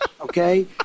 Okay